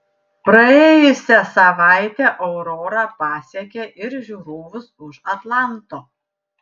praėjusią savaitę aurora pasiekė ir žiūrovus už atlanto